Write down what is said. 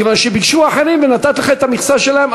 כיוון שביקשו אחרים ונתתי לך את המכסה שלהם.